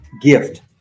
gift